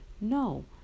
No